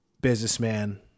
Businessman